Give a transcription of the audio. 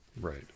Right